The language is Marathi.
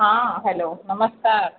हां हॅलो नमस्कार